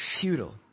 futile